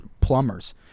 plumbers